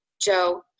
Joe